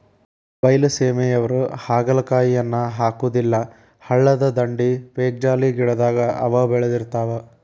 ಬೈಲಸೇಮಿಯವ್ರು ಹಾಗಲಕಾಯಿಯನ್ನಾ ಹಾಕುದಿಲ್ಲಾ ಹಳ್ಳದ ದಂಡಿ, ಪೇಕ್ಜಾಲಿ ಗಿಡದಾಗ ಅವ ಬೇಳದಿರ್ತಾವ